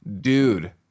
dude